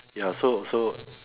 ya so so